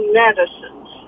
medicines